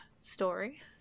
story